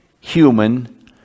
human